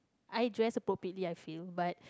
I dress properly I feel but